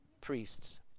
priests